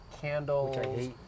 candles